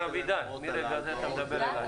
מר אבידן, מרגע זה אתה מדבר אלי.